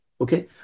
okay